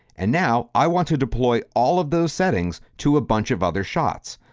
and now, i want to deploy all of those settings to a bunch of other shots.